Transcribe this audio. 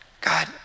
God